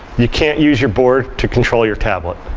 you can't use your board to control your tablet.